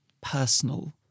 personal